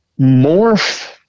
morph